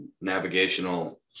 navigational